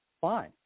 Fine